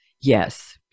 yes